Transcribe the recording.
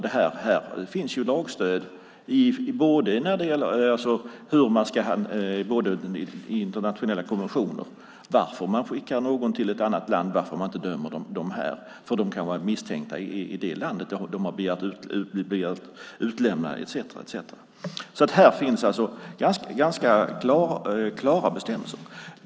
Det finns lagstöd i internationella konventioner för varför man skickar någon till ett annat land och varför man inte dömer dem i Sverige. Det kan vara personer misstänkta i ett annat land som har begärts utlämnade, etcetera. Här finns alltså ganska klara bestämmelser.